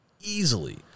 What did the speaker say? easily